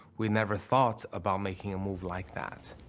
we never thought about making a move like that.